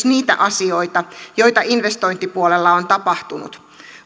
niitä asioita joita investointipuolella on tapahtunut